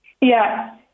Yes